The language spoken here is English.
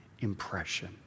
impression